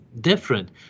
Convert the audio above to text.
different